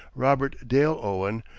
robert dale owen,